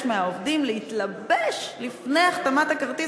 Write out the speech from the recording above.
מהעובדים להתלבש לפני החתמת הכרטיס,